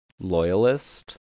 loyalist